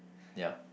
ya